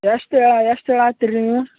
ಎಷ್ಟು ಹೇಳಿ ಎಷ್ಟು ಹೇಳಾತೀರ ರೀ ನೀವು